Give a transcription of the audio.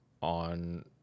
on